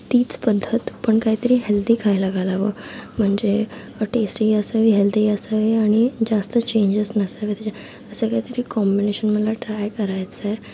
तीच पद्धत पण कायतरी हेल्दी खायला घालावं म्हणजे टेस्टही असावी हेल्दीही असावी आणि जास्त चेंजेस नसावेत असं कायतरी कॉम्बिनेशन मला ट्राय करायचं आहे